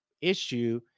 issue